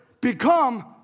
become